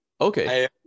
Okay